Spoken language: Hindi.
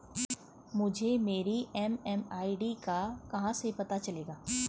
मुझे मेरी एम.एम.आई.डी का कहाँ से पता चलेगा?